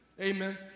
Amen